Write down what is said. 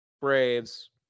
Braves